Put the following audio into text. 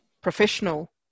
professional